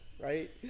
right